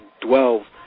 dwell